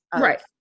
Right